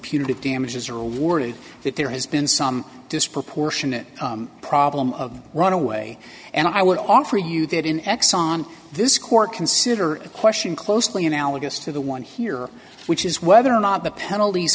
punitive damages are awarded that there has been some disproportionate problem of runaway and i would offer you that in exxon this court consider a question closely analogous to the one here which is whether or not the penalties